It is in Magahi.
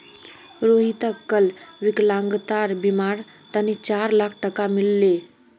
रोहितक कल विकलांगतार बीमार तने चार लाख टका मिल ले